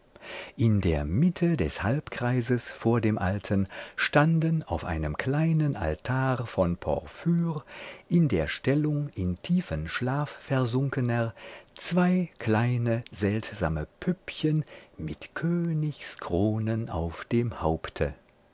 in der mitte des halbkreises vor dem alten standen auf einem kleinen altar von porphyr in der stellung in tiefen schlaf versunkener zwei kleine seltsame püppchen mit königskronen auf dem haupte